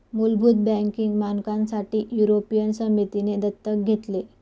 मुलभूत बँकिंग मानकांसाठी युरोपियन समितीने दत्तक घेतले